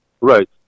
Right